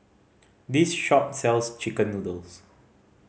this shop sells chicken noodles